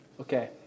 okay